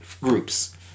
groups